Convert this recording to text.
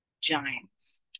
giants